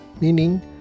meaning